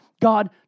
God